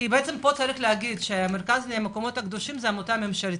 להגיד שהמרכז למקומות קדושים זו עמותה ממשלתית,